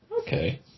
Okay